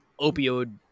opioid